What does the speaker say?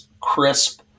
crisp